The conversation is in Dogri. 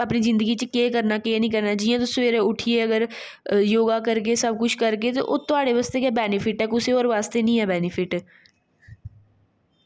अपनी जिंदगी च केह् करना केह् नेईं करना जि'यां तुस सवैरे उट्ठियै अगर योगा करगे सब कुछ करगे ते ओह् थुआढ़े आस्ते गै बैनीफिट ऐ कुसै होर आस्तै नेईं ऐ बैनीफिट